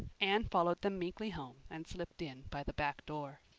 anne followed them meekly home and slipped in by the back door.